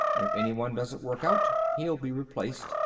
if anyone doesn't work out, he'll be replaced,